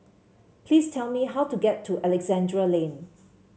please tell me how to get to Alexandra Lane